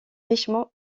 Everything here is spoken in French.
richement